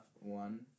one